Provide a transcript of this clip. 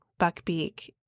Buckbeak